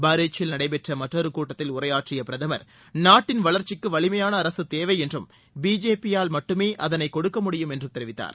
பரீச்சில் நடைபெற்ற மற்றொரு கூட்டத்தில் உரையாற்றிய பிரதமர் நாட்டின் வளர்ச்சிக்கு வலிமையான அரசு தேவை என்றும் பிஜேபியால் மட்டுமே அதனை கொடுக்க முடியும் என்றும் தெரிவித்தார்